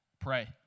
Pray